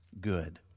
good